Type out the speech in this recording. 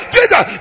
Jesus